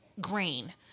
green